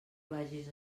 vagis